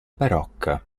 barocca